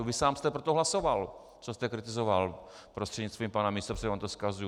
Vy sám jste pro to hlasoval, co jste kritizoval prostřednictvím pana místopředsedy vám to vzkazuji.